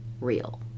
real